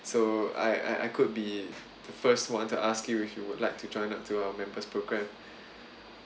so I I I could be the first one to ask you if you would like to join up to our members program